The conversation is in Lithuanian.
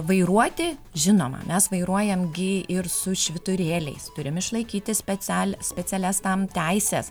vairuoti žinoma mes vairuojam gi ir su švyturėliais turim išlaikyti special specialias tam teises